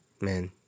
man